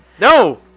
No